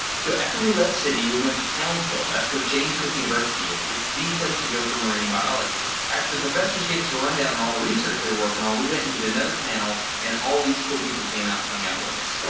so after we left sydney we went to townsville, that's where james cook university is. it's the place to go for marine biology. after the professors gave us a rundown on all the research they were working on we went and did another panel and all these cool people came out and hung out with us.